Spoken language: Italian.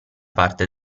parte